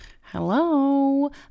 Hello